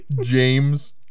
James